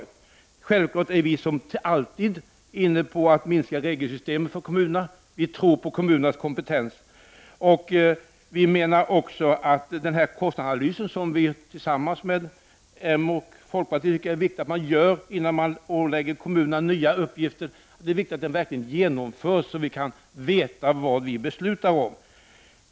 Vi vill självfallet, som alltid, minska regelsystemen för kommunerna, då vi tror på kommunernas kompetens. Vi menar också att det är viktigt att genomföra den kostnadsanalys som vi föreslår tillsammans med moderaterna och folkpartiet, innan kommunerna åläggs nya uppgifter, så att vi vet vad vi beslutar om.